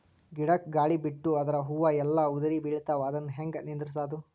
ಗಿಡಕ, ಗಾಳಿ ಬಿಟ್ಟು ಅದರ ಹೂವ ಎಲ್ಲಾ ಉದುರಿಬೀಳತಾವ, ಅದನ್ ಹೆಂಗ ನಿಂದರಸದು?